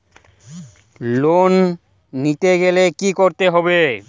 Loan নিতে গেলে কি করতে হবে?